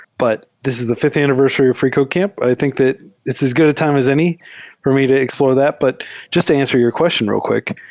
but this is the fifth anniversary of freecodecamp. i think that it's as good a time as any for me to explore that. but jus t to answer your question real quick.